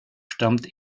stammt